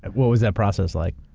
and what was that process like?